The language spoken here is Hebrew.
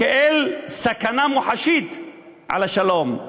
סכנה מוחשית לשלום,